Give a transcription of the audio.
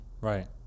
right